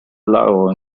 lago